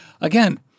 Again